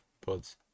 pods